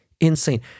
insane